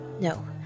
No